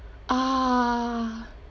ah